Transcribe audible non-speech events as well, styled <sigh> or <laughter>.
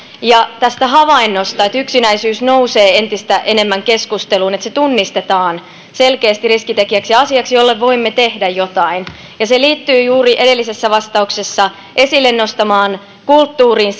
ja tästä havainnosta että yksinäisyys nousee entistä enemmän keskusteluun ja se tunnistetaan selkeästi riskitekijäksi ja asiaksi jolle voimme tehdä jotain tämä liittyy juuri edellisessä vastauksessa esille nostamaani kulttuuriin <unintelligible>